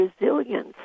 resilience